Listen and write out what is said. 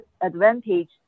advantage